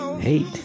Hate